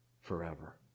forever